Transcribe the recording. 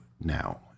now